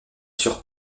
sur